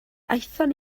aethon